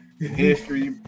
history